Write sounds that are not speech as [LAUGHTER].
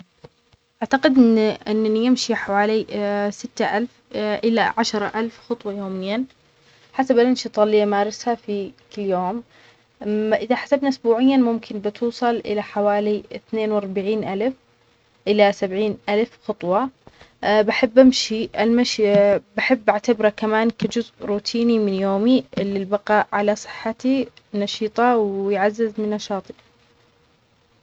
أعتقد اني-أنني أمشي حوالي [HESITATION] سته ألف إلى عشره ألف خطوة يومياً حسب الانشطة اللي أمارسها في كاليوم. إذا حسبنا إسبوعياً ممكن بتوصل إلى حوالي اثنين واربعين ألف إلى سبعين ألف خطوة. [HESITATION] بحب أمشي، المشي بحب أعتبره كمان كجزء روتيني من يومي للبقاء على صحتي نشيطة ويعزز من نشاطي.